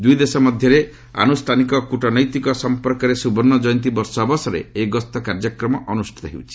ଦୁଇଦେଶ ମଧ୍ୟରେ ଆନୁଷ୍ଠାନିକ କ୍ରମନୈତିକ ସଫପର୍କର ସୁବର୍ଣ୍ଣଜୟନ୍ତୀ ବର୍ଷ ଅବସରରେ ଏହି ଗସ୍ତ କାର୍ଯ୍ୟକ୍ରମ ଅନୁଷ୍ଠିତ ହେଉଛି